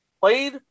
played